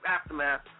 Aftermath